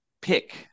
pick